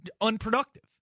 unproductive